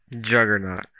Juggernaut